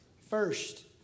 First